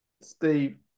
Steve